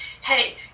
hey